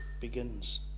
begins